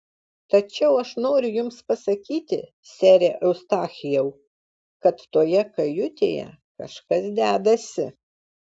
tačiau aš noriu jums pasakyti sere eustachijau kad toje kajutėje kažkas dedasi